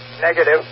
Negative